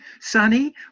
Sunny